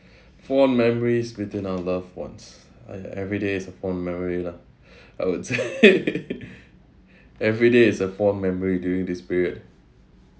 fond memories between our loved ones !aiya! every day is a fond memory lah I would say every day is a fond memory during this period